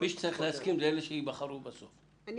אלו שייבחרו בסוף הם אלו שאמורים להסכים.